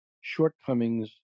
shortcomings